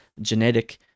genetic